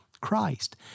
Christ